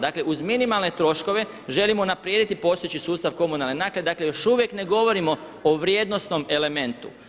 Dakle uz minimalne troškove želimo unaprijediti postojeći sustav komunalne naknade, dakle još uvijek ne govorimo o vrijednosnom elementu.